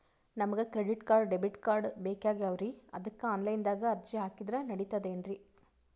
ನಮಗ credit card, debit card ಬೇಕಾಗ್ಯಾವ್ರೀ ಅದಕ್ಕ ಆನಲೈನದಾಗ ಅರ್ಜಿ ಹಾಕಿದ್ರ ನಡಿತದೇನ್ರಿ?